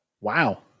Wow